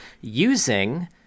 using